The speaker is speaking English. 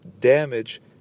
damage